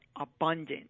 abundant